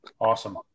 Awesome